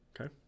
okay